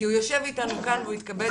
כי הוא יושב אתנו והוא באמת התכבד